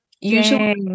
Usually